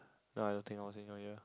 no I don't think I was in your year